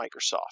Microsoft